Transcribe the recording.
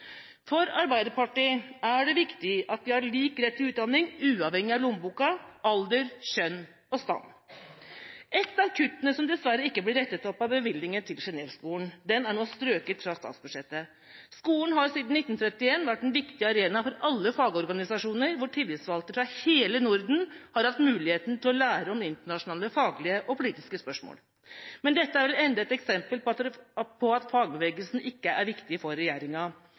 For Arbeiderpartiet er det viktig at vi har lik rett til utdanning uavhengig av lommebok, alder, kjønn og stand. Ett av kuttene som dessverre ikke ble rettet opp, var bevilgninger til Genèveskolen. Den er nå strøket fra statsbudsjettet. Skolen har siden 1931 vært en viktig arena for alle fagorganisasjoner, hvor tillitsvalgte fra hele Norden har hatt muligheten til å lære om internasjonale, faglige og politiske spørsmål. Men dette er enda et eksempel på at fagbevegelsen ikke er viktig for regjeringa.